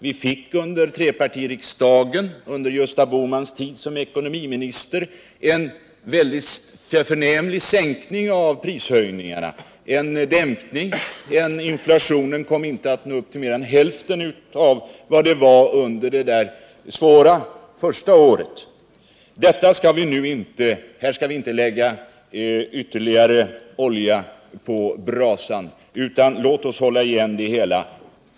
Vi fick under trepartiregeringen — under Gösta Bohmans tid som ekonomiminister — en väldigt förnämlig dämpning av prishöjningarna. Inflationen nådde inte upp till mer än hälften av vad den var under det första svåra året. Vi skall inte nu hälla ytterligare olja på brasan, utan låt oss hålla igen.